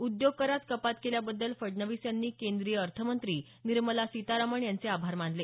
उद्योग करात कपात केल्याबद्दल फडणवीस यांनी केंद्रीय अर्थमंत्री निर्मला सीतारमण यांचे आभार मानले